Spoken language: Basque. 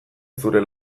zure